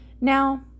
Now